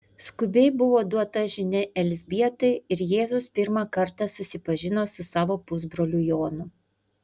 skubiai buvo duota žinia elzbietai ir jėzus pirmą kartą susipažino su savo pusbroliu jonu